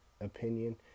opinion